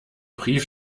brief